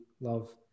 love